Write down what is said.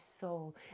soul